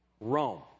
Rome